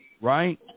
Right